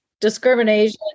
discrimination